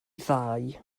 ddau